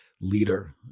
leader